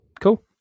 Cool